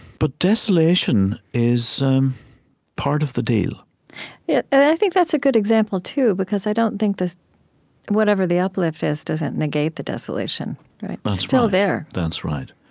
but desolation is um part of the deal yeah i think that's a good example, too, because i don't think this whatever the uplift is doesn't negate the desolation, right? it's but still there that's right.